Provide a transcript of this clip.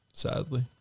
Sadly